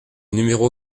numéro